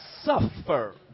suffer